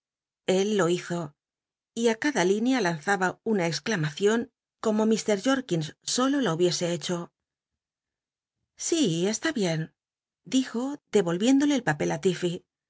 él lo hizo y á cada línea lanzaba una exclamacion como mr jorkins solo la hubiese hecho si esl i bien dij o de ohiendo el papel á